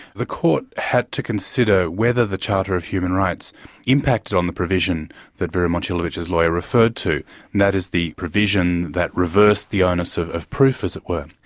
the court had to consider whether the charter of human rights impacted on the provision that vera momcilovic's lawyer referred to. and that is the provision that reversed the onus of of proof, as it were.